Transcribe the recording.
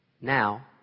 Now